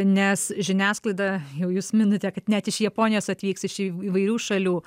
nes žiniasklaida jau jūs minite kad net iš japonijos atvyks iš įvairių šalių